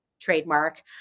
Trademark